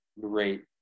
great